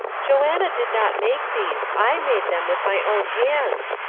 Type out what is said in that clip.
joanna did not make these, i made them with my own hands,